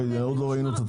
עוד לא ראינו את התקציב.